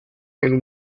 and